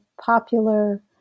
popular